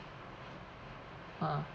ah